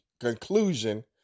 conclusion